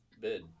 bid